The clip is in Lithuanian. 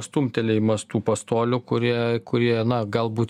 stumtelėjimas tų pastolių kurie kurie na galbūt